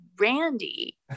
Randy